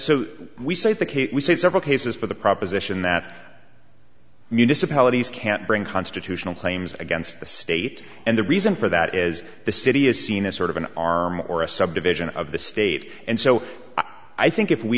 case we say several cases for the proposition that municipalities can't bring constitutional claims against the state and the reason for that is the city is seen as sort of an arm or a subdivision of the state and so i think if we